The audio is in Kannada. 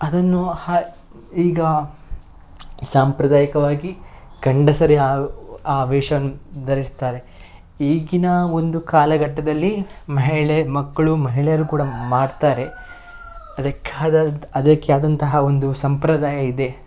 ಅದನ್ನು ಹ ಈಗ ಸಾಂಪ್ರದಾಯಿಕವಾಗಿ ಗಂಡಸರೇ ಆ ಆ ವೇಷವನ್ನು ಧರಿಸ್ತಾರೆ ಈಗಿನ ಒಂದು ಕಾಲಘಟ್ಟದಲ್ಲಿ ಮಹಿಳೆ ಮಕ್ಕಳು ಮಹಿಳೆಯರು ಕೂಡ ಮಾಡ್ತಾರೆ ಅದಕ್ಕಾದಂಥ ಅದಕ್ಕೆ ಆದಂತಹ ಒಂದು ಸಂಪ್ರದಾಯ ಇದೆ